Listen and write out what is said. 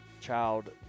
child